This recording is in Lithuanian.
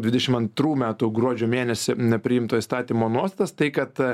dvidešimt antrų metų gruodžio mėnesį na priimto įstatymo nuostatas tai kad